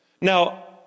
Now